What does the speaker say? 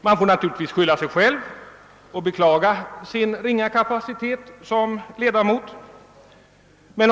Man får naturligtvis skylla sig själv och beklaga sin ringa kapacitet som ledamot.